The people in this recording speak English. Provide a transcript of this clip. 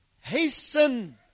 hasten